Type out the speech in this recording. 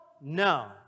No